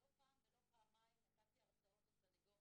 לא פעם ולא פעמיים נתתי הרצאות לסנגורים,